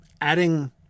adding